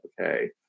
okay